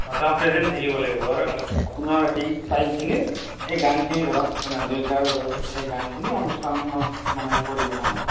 অ' তাত প্ৰেজেণ্ট থাকিব লাগিব আপোনাৰ সেই টাইমখিনিৰ সেই গানখিনি ধৰক ভূপেন হাজৰিকাৰ সেই গানখিনিৰ অনুষ্ঠানত মানে পৰিৱেশন হ'ব